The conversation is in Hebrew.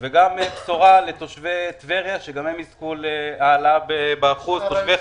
גם אם משרד האוצר יתקע את זה ויגיד שאין תקציב לחוק כמו שהוא,